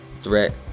Threat